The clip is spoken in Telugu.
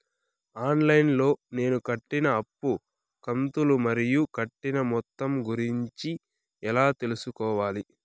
ఆన్ లైను లో నేను కట్టిన అప్పు కంతులు మరియు కట్టిన మొత్తం గురించి ఎలా తెలుసుకోవాలి?